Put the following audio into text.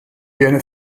viene